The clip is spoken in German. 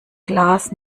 glas